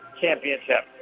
Championship